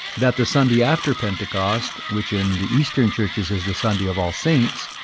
that the sunday after pentecost, which in the eastern churches is the sunday of all saints,